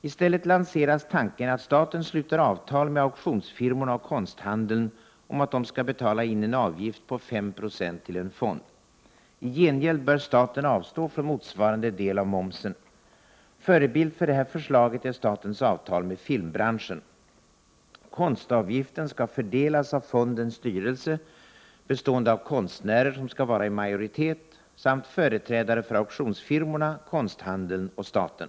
I stället lanseras tanken att staten sluter avtal med auktionsfirmorna och konsthandeln om att de skall betala in en avgift på 5 96 till en fond. I gengäld bör staten avstå från motsvarande del av momsen. Förebild för det här förslaget är statens avtal med filmbranschen. Konstavgiften skall fördelas av fondens styrelse, bestående av konstnärer — som skall vara i majoritet — samt företrädare för auktionsfirmorna, konsthandeln och staten.